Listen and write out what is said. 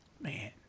Man